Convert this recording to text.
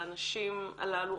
הנשים הללו,